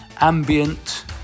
ambient